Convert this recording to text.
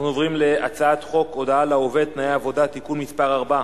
אנחנו עוברים להצעת חוק הודעה לעובד (תנאי עבודה) (תיקון מס' 4)